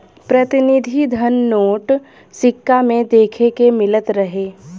प्रतिनिधि धन नोट, सिक्का में देखे के मिलत रहे